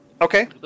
okay